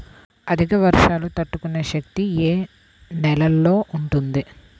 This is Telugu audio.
అధిక వర్షాలు తట్టుకునే శక్తి ఏ నేలలో ఉంటుంది?